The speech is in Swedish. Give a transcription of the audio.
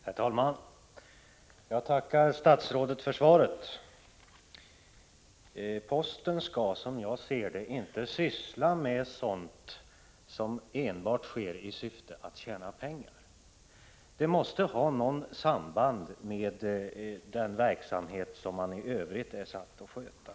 Herr talman! Jag tackar statsrådet för svaret. Posten skall, som jag ser det, inte syssla med sådant som enbart sker i syfte att tjäna pengar. Det måste finnas något samband med den verksamhet som man i Övrigt är satt att sköta.